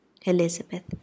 Elizabeth